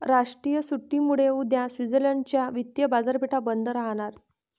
राष्ट्रीय सुट्टीमुळे उद्या स्वित्झर्लंड च्या वित्तीय बाजारपेठा बंद राहणार